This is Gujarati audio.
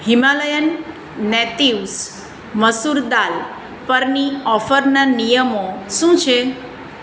હિમાલયન નેટિવ્સ મસૂર દાલ પરની ઓફરના નિયમો શું છે